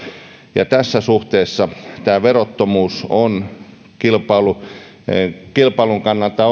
ja tässä suhteessa tämä verottomuus on kilpailun kannalta